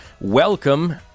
Welcome